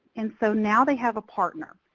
and so now they have a partner.